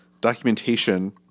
documentation